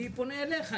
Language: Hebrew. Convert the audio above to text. אני פונה אליך,